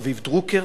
רביב דרוקר,